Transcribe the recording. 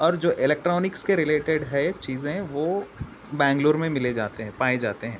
اور جو الیکٹرانکس کے ریلیٹڈ ہے چیزیں وہ بنگلور میں ملے جاتے ہیں پائے جاتے ہیں